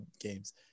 games